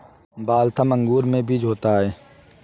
Waltham अंगूर में बीज होता है